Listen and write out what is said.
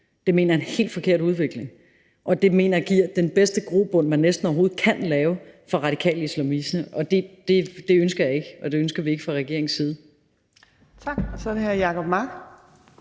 Det mener jeg er en helt forkert udvikling, og det mener jeg giver den bedste grobund, man næsten overhovedet kan få, for radikal islamisme, og det ønsker jeg ikke, og det ønsker vi ikke fra regeringens side. Kl. 15:27 Fjerde næstformand